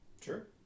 sure